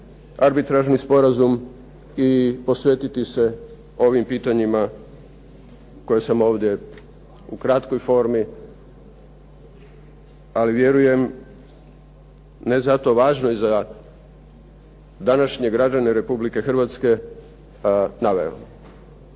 arbitražni sporazum i posvetiti se ovim pitanjima koje sam ovdje u kratkoj formi, ali vjerujem ne zato važnoj za današnje građane Republike Hrvatske naveo.